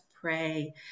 pray